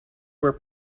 were